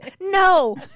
No